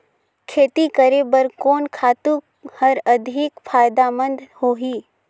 खेती करे बर कोन खातु हर अधिक फायदामंद होही?